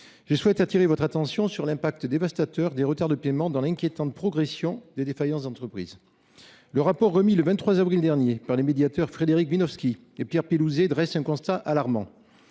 Je souhaite attirer votre attention sur l'impact dévastateur des retards de paiement dans l'inquiétant de progression des défaillances entreprises. Le rapport remis le 23 avril dernier par les médiateurs Frédéric Wynowski et Pierre Pélousset dresse un constat alarmant.